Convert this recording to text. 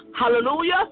Hallelujah